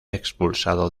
expulsado